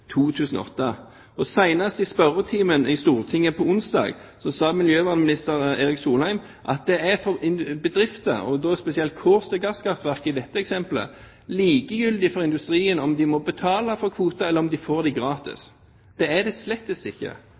2008. Senest i spørretimen i Stortinget på onsdag sa miljøvernminister Erik Solheim at det – og da spesielt for gasskraftverket på Kårstø i dette eksemplet – er «likegyldig» for industrien om de må betale for kvoter, eller om de får dem gratis. Det er det slett ikke,